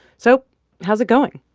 so how's it going?